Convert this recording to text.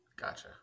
Gotcha